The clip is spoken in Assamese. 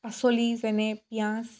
পাচলি যেনে পিঁয়াজ